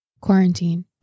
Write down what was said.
Quarantine